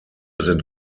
sind